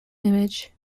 image